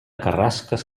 carrasques